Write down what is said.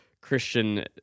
Christian